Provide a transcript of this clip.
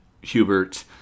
Hubert